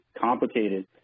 complicated